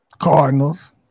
Cardinals